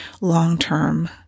long-term